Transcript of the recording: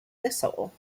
thistle